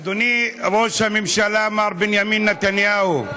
אדוני ראש הממשלה מר בנימין נתניהו,